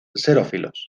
xerófilos